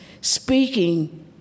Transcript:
speaking